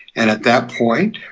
and at that point,